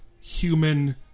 human